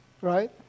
Right